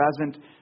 present